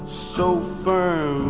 so far?